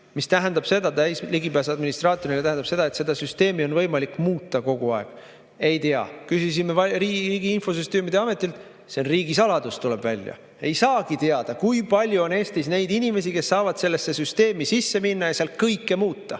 süsteemile? Täielik ligipääs administraatorina tähendab seda, et seda süsteemi on võimalik muuta kogu aeg. Ei tea! Küsisime Riigi Infosüsteemi Ametilt, aga see on riigisaladus, tuleb välja. Ei saagi teada, kui palju on Eestis neid inimesi, kes saavad sellesse süsteemi sisse minna ja seal kõike muuta.